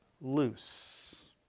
loose